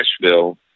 Nashville